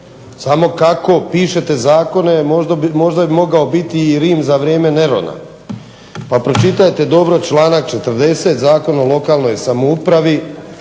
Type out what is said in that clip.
Samo kako pišete zakone možda bi mogao biti i Rim za vrijeme Nerona pa pročitajte dobro članak 40. Zakona o lokalnoj samoupravi.